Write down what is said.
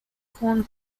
corn